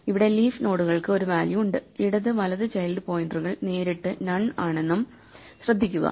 ഇവിടെ ലീഫ് നോഡുകൾക്ക് ഒരു വാല്യൂ ഉണ്ട് ഇടത് വലത് ചൈൽഡ് പോയിന്ററുകൾ നേരിട്ട് നൺ ആണെന്നും ശ്രദ്ധിക്കുക